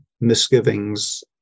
misgivings